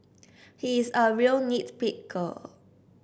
he is a real nit picker